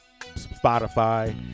Spotify